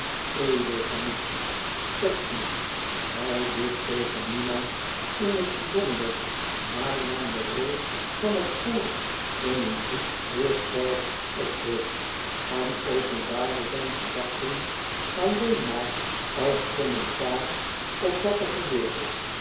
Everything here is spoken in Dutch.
edel gemoed pecksniff zei dit tegen niemand in het bijzonder maar nam de rol van het koor in een grieksch treurspel op zich en openbaarde zijn gedachten alleen maar als commentaar op wat er gebeurde